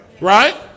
Right